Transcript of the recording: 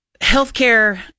healthcare